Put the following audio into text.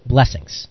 Blessings